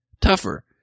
tougher